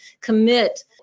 commit